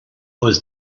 was